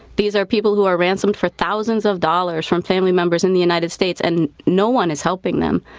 these are people who are ransomed for thousands of dollars from family members in the united states and no one is helping them.